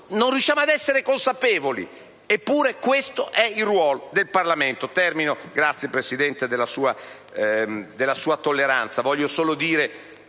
in qualche modo ad essere consapevoli. Eppure, questo è il ruolo del Parlamento.